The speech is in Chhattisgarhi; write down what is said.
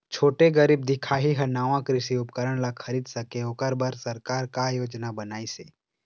छोटे गरीब दिखाही हा नावा कृषि उपकरण ला खरीद सके ओकर बर सरकार का योजना बनाइसे?